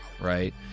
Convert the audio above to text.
right